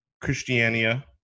Christiania